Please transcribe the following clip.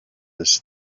his